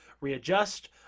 readjust